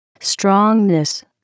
strongness